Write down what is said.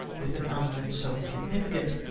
with an armament so insigni ficant,